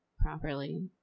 properly